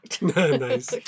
Nice